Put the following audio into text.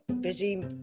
busy